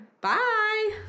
Bye